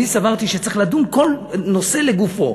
אני סברתי שצריך לדון בכל נושא לגופו.